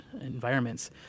environments